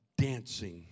dancing